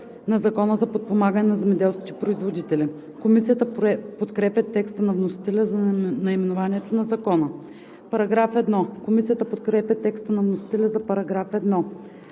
на Закона за подпомагане на земеделските производители“. Комисията подкрепя текста на вносителя за наименованието на Закона. Комисията подкрепя текста на вносителя за § 1.